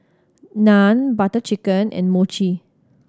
Naan Butter Chicken and Mochi